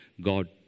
God